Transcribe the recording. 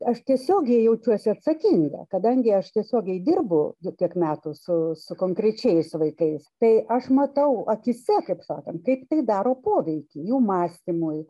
aš tiesiogiai jaučiuosi atsakinga kadangi aš tiesiogiai dirbu du tiek metų su su konkrečiais vaikais tai aš matau akyse kaip sakant kaip tai daro poveikį jų mąstymui